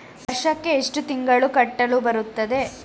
ವರ್ಷಕ್ಕೆ ಎಷ್ಟು ತಿಂಗಳು ಕಟ್ಟಲು ಬರುತ್ತದೆ?